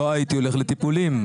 לא הייתי הולך לטיפולים.